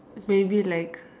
maybe like